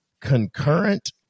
Concurrent